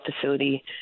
facility